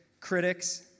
critics